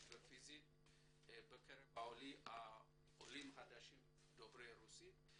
ופיזית בקרב עולים חדשים דוברי רוסית.